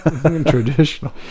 Traditional